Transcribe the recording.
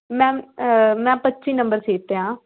ma'am ਮੈਂ ਪੱਚੀ number seat 'ਤੇ ਹਾਂ